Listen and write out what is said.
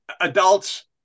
adults